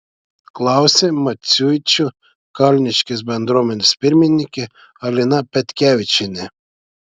klausė maciuičių kalniškės bendruomenės pirmininkė alina petkevičienė